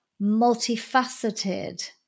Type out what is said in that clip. multifaceted